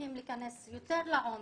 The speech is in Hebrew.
וצריכים להיכנס יותר לעומק.